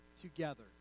together